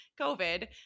COVID